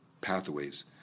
pathways